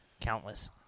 Countless